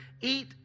eat